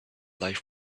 life